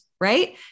right